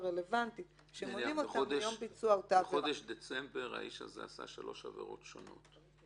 הרלוונטית שמונים אותה מיום ביצוע אותה עבירה.